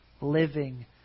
living